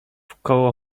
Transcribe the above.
wokoło